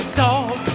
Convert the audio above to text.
dog